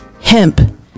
hemp